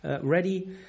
ready